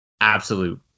absolute